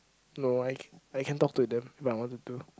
no I can I can talk to them if I wanted to